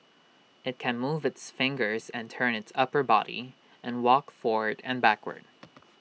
IT can move its fingers and turn its upper body and walk forward and backward